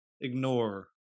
ignore